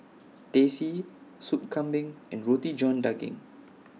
Teh C Sop Kambing and Roti John Daging